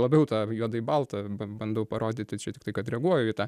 labiau tą juodąjį baltą b bandau parodyti čia tiktai kad reaguoju į tą